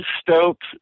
stoked